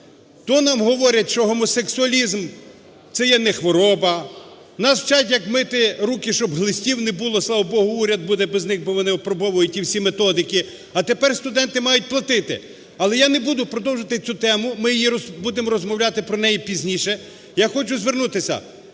То нам говорять, що гомосексуалізм - це є не хвороба, нас вчать як мити руки, щоб глистів не було, слава Богу, уряд буде без них, бо вони апробовують ті всі методики, а тепер студенти мають платити. Але я не буду продовжувати цю тему, ми її… будемо розмовляти про неї пізніше, я хочу звернутися